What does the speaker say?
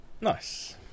nice